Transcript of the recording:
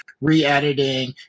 re-editing